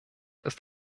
ist